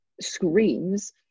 screams